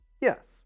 Yes